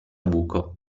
buco